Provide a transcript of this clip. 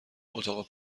اتاق